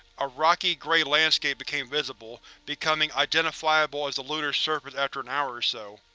a rocky grey landscape became visible, becoming identifiable as the lunar surface after an hour or so.